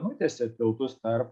nutiesė tiltus tarp